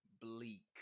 bleak